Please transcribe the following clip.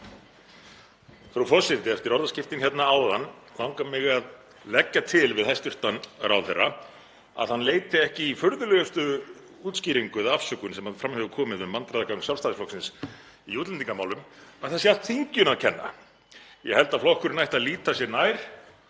Frú forseti. Eftir orðaskiptin hérna áðan langar mig að leggja til við hæstv. ráðherra að hann leiti ekki í furðulegustu útskýringu eða afsökun sem fram hefur komið um vandræðagang Sjálfstæðisflokksins í útlendingamálum; að það sé allt þinginu að kenna. Ég held að flokkurinn ætti að líta sér nær